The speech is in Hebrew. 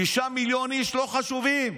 תשעה מיליון איש לא חשובים,